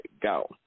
Go